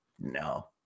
no